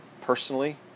personally